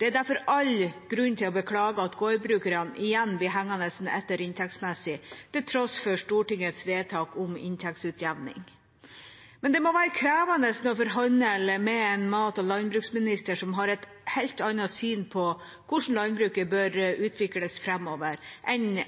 Det er derfor all grunn til å beklage at gårdbrukerne igjen blir hengende etter inntektsmessig, til tross for Stortingets vedtak om inntektsutjevning. Men det må være krevende å forhandle med en landbruks- og matminister som har et helt annet syn på hvordan landbruket bør utvikles framover, enn